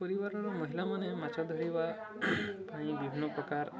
ପରିବାରର ମହିଳାମାନେ ମାଛ ଧରିବା ପାଇଁ ବିଭିନ୍ନ ପ୍ରକାର